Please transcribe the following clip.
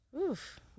oof